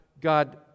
God